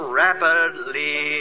rapidly